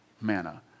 manna